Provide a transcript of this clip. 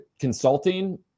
consulting